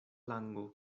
lango